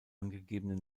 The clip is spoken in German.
angegebenen